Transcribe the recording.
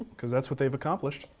cause that's what they've accomplished.